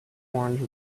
orange